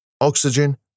oxygen